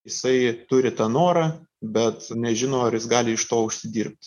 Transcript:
jisai turi tą norą bet nežino ar jis gali iš to užsidirbt